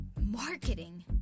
Marketing